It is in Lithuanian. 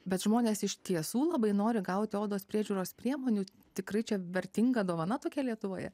bet žmonės iš tiesų labai nori gauti odos priežiūros priemonių tikrai čia vertinga dovana tokia lietuvoje